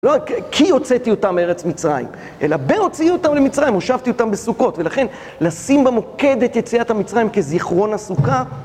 לא רק כי הוצאתי אותם מארץ מצרים, אלא בהוציאי אותם למצרים, הושבתי אותם בסוכות, ולכן לשים במוקד את יציאת המצרים כזיכרון הסוכה.